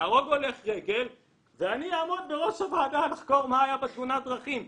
יהרוג הולך רגל ואני אעמוד בראש הוועדה שחוקרת מה היה בתאונת הדרכים.